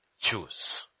choose